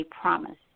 promise